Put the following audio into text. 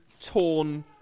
torn